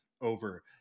over